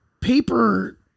paper